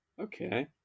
Okay